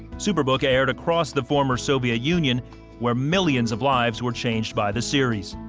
superbook aired across the former soviet union where millions of lives were changed by the series.